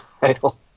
title